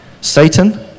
Satan